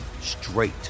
straight